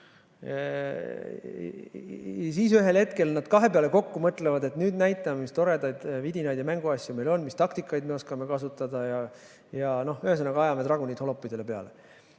siis ühel hetkel nad kahe peale kokku mõtlevad, et nüüd näitame, mis toredaid vidinaid ja mänguasju meil on, mis taktikaid me oskame kasutada, ühesõnaga, ajame tragunid holoppidele peale.